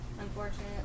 unfortunately